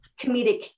comedic